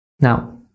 Now